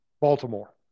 Baltimore